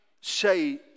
say